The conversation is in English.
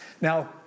Now